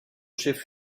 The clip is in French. chef